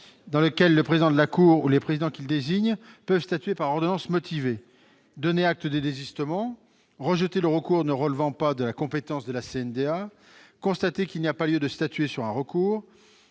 rappelle que le président de la cour ou les présidents qu'ils désignent peuvent statuer par ordonnance motivée dans les cinq cas suivants : donner acte des désistements, rejeter un recours ne relevant pas de la compétence de la CNDA, constater qu'il n'y a pas lieu de statuer sur un recours,